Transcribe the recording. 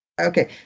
Okay